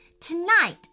tonight